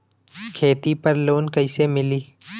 खेती पर लोन कईसे मिली?